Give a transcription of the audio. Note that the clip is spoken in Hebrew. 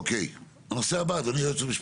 אוקיי, הנושא הבא, אדוני היועץ המשפטי.